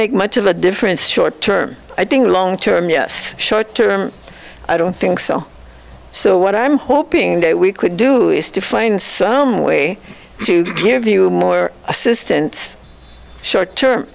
make much of a difference short term i think long term yes short term i don't think so so what i'm hoping in day we could do is to find a way to give you more assistance short term